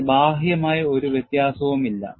എന്നാൽ ബാഹ്യമായി ഒരു വ്യത്യാസവുമില്ല